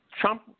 Trump